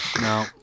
No